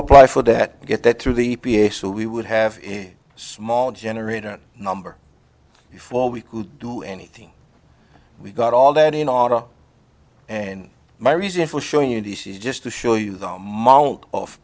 apply for that to get that through the p a so we would have a small generator number before we could do anything we got all that in auto and my reason for showing you this is just to show you the amount of